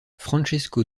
francesco